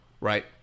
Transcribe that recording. right